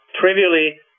trivially